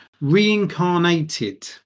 reincarnated